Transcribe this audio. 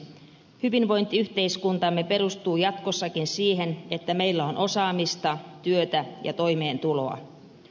hyvinvointiyhteiskuntamme perustuu jatkossakin siihen että meillä on osaamista työtä ja toimeentuloa